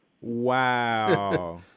Wow